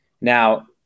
Now